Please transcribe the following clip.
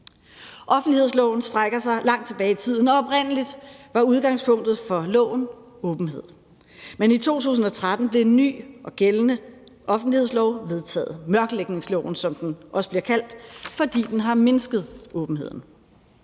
Offentlighedsloven strækker sig langt tilbage i tiden, og oprindelig var udgangspunktet for loven åbenhed. Men i 2013 blev en ny og gældende offentlighedslov vedtaget, nemlig mørklægningsloven, som den også bliver kaldt, fordi den har mindsket åbenheden.